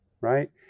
Right